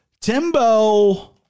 Timbo